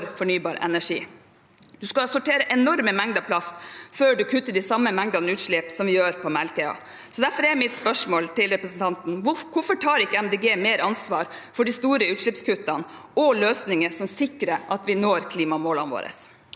fornybar energi. En skal sortere enorme mengder plast før en kutter de samme mengdene utslipp som vi gjør på Melkøya. Derfor er mitt spørsmål til representanten: Hvorfor tar ikke Miljøpartiet De Grønne mer ansvar for de store utslippskuttene og løsningene som sikrer at vi når klimamålene våre?